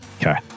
Okay